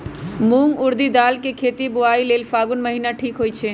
मूंग ऊरडी दाल कें खेती बोआई लेल फागुन महीना ठीक होई छै